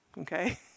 okay